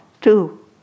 two